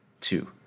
Two